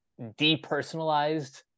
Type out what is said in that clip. depersonalized